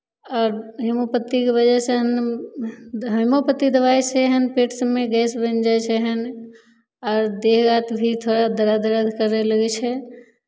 आओर हेमोपथीके वजहसँ हेमोपथी दबाइसँ पेट सभमे गैस बनि जाइ छै एहन आर देह हाथ भी थोड़ा दर्द अर्द करए लगै छै